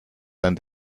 dein